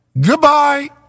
Goodbye